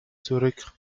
zurück